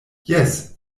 jes